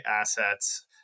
assets